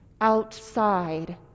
outside